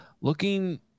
looking